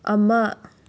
ꯑꯃ